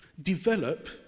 Develop